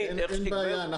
אין בעיה,